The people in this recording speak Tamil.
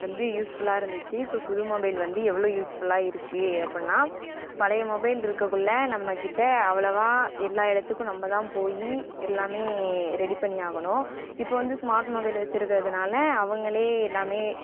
வந்து யூஸ் ஃபுல்லாக இருந்துச்சு இப்போ புது மொபைல் வந்து எவ்வளோ யூஸ்ஃபுல்லாக இருக்கு அப்புடினா பழைய மொபைல் இருக்கக்குள்ளே நம்ம கிட்ட அவ்ளோவாக எல்லா இடத்துக்கும் நம்ப தான் போய் எல்லாமே ரெடி பண்ணி ஆகணும் இப்போ வந்து ஸ்மார்ட் மொபைல் வச்சுருக்குறதுனால அவங்களே எல்லாமே